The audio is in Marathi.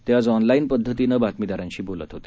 ते आज ऑनलाईन पद्धतीनं बातमीदारांशी बोलत होते